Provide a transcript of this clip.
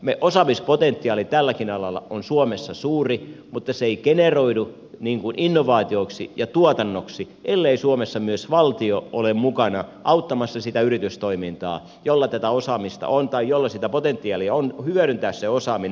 meidän osaamispotentiaalimme tälläkin alalla on suomessa suuri mutta se ei generoidu innovaa tioiksi ja tuotannoksi ellei suomessa myös valtio ole mukana auttamassa sitä yritystoimintaa jolla tätä osaamista on tai jolla sitä potentiaalia on hyödyntää se osaaminen